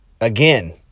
Again